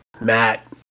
Matt